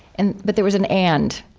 and but there was an and.